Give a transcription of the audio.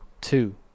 two